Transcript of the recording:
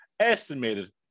estimated